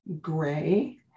gray